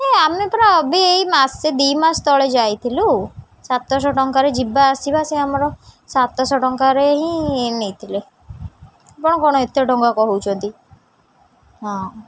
ଆମେ ପୁରା ଏବେ ଏଇ ମାସେ ଦୁଇ ମାସ ତଳେ ଯାଇଥିଲୁ ସାତଶହ ଟଙ୍କାରେ ଯିବା ଆସିବା ସେ ଆମର ସାତଶହ ଟଙ୍କାରେ ହିଁ ନେଇଥିଲେ ଆପଣ କ'ଣ ଏତେ ଟଙ୍କା କହୁଛନ୍ତି ହଁ